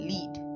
Lead